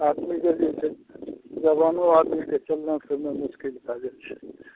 आदमी यदि छै जबानो आदमीके तुलना केनाइ मुश्किल भए जाइ छै